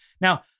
now